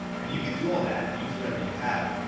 and you could do all that and use whatever you have,